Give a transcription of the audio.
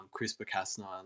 CRISPR-Cas9